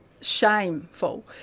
shameful